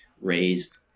raised